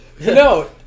No